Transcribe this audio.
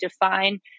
define